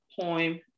poem